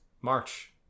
March